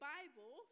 Bible